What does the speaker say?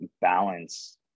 balance